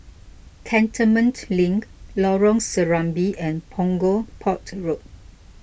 Cantonment Link Lorong Serambi and Punggol Port Road